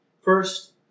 First